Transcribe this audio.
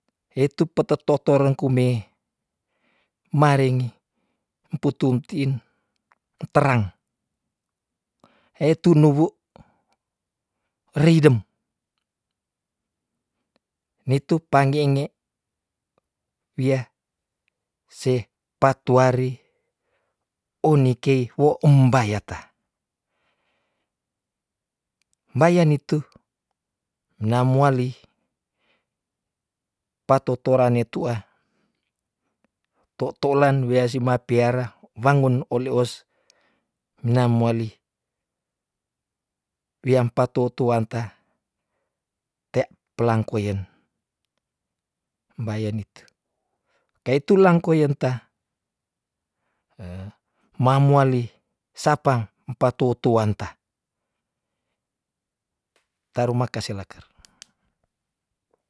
Hetu pete totorong kume, maringe emputunti in enterang. he tunewu reidem, nitu panggenge wia se patuari unikei huo embayata, mbaya nitu namo wali patotora netua, to tolan wea simat piara wangun olios namoali, weam patou tuanta tea pelangkoyen, mbayan nitu, kaitulang koyen ta ma muali sapang em patou tuanta, tarimakase laker.